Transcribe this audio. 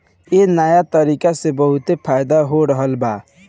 ए नया तरीका से बहुत फायदा हो रहल बा